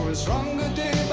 stronger day